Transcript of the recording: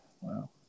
Wow